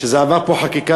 שזה עבר פה חקיקה,